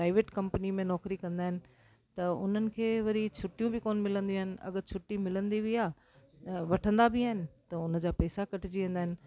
private company में नौकिरी कंदा आहिनि त हुननि खे वरी छुट्टियूं बि कोन्ह मिलंदियूं आहिनि अगरि छुट्टी मिलंदी बि आहे त वठंदा बि आहिनि त हुननि जा पैसा कटजी वेंदा आहिनि